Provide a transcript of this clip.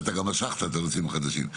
אתה גם משכת את הנושאים החדשים.